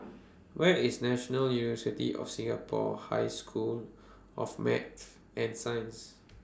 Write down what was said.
Where IS National University of Singapore High School of Math and Science